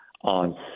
on